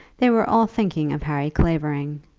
they were all thinking of harry clavering,